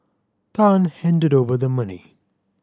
Tan handed over the money